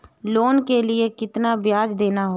Loan के लिए कितना ब्याज देना होगा?